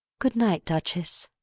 good-night, duchess.